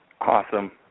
Awesome